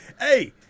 hey